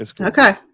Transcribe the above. Okay